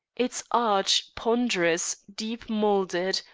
its arch, ponderous, deep-moulded,